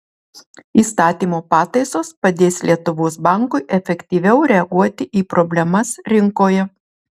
įstatymo pataisos padės lietuvos bankui efektyviau reaguoti į problemas rinkoje